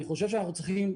אני חושב שאנחנו צריכים,